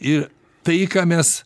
ir tai ką mes